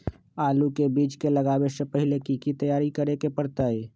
आलू के बीज के लगाबे से पहिले की की तैयारी करे के परतई?